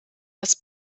das